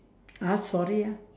ask sorry ah